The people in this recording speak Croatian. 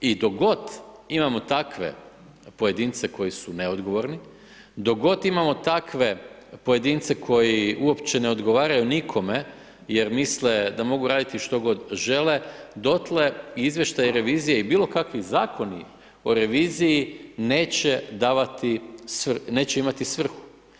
I dok god imamo takve pojedince koji su neodgovorni, dok god imamo takve pojedince koji uopće ne odgovaraju nikome jer misle da mogu raditi što god žele, dotle izvještaj revizije i bilo kakvi zakoni o reviziji neće davati, neće imati svrhu.